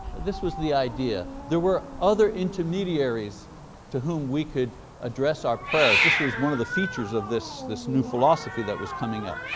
this was the idea, there were other intermediaries to whom we could address our prayers. this was one of the features of this this new philosophy that was coming up.